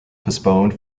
postponed